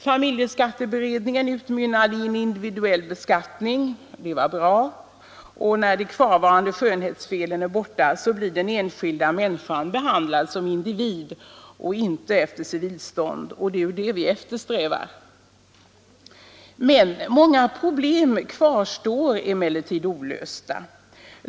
Familjeskatteberedningen utmynnade i en individuell beskattning. Det var bra. När de kvarvarande skönhetsfelen är borta, blir den enskilda människan behandlad som individ och inte efter civilstånd — och det är det vi eftersträvar. Många problem kvarstår emellertid olösta.